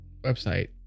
website